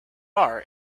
are